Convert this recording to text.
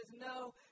No